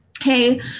Okay